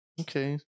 Okay